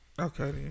Okay